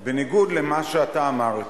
הוא הציע איזושהי הצעת חוק, והוא עזב אותה